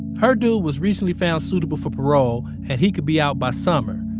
her dude was recently found suitable for parole and he could be out by summer.